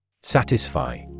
Satisfy